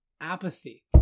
apathy